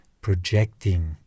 projecting